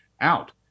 out